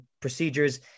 procedures